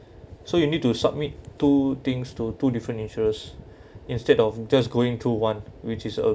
so you need to submit two things to two different insurers instead of just going to one which is a